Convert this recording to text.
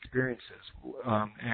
Experiences